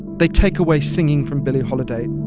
they take away singing from billie holiday